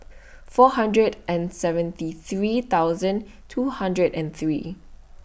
four hundred and seventy three thousand two hundred and three